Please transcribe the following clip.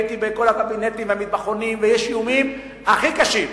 הייתי בכל הקבינטים והמטבחונים ויש איומים הכי קשים.